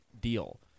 deal